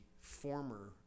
former